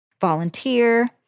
Volunteer